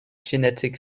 genetic